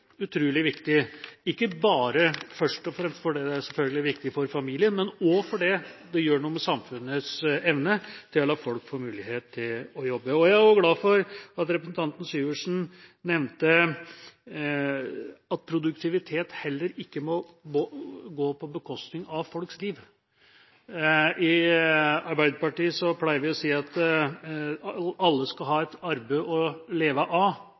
først og fremst fordi det selvfølgelig er viktig for familien, men også fordi det gjør noe med samfunnets evne til å la folk få mulighet til å jobbe. Jeg er også glad for at representanten Syvertsen nevnte at produktivitet heller ikke må gå på bekostning av folks liv. I Arbeiderpartiet pleier vi å si at alle skal ha et arbeid å leve av,